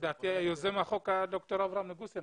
לדעתי יוזם החוק היה דוקטור אברהם נגוסה.